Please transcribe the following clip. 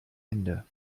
ende